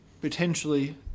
potentially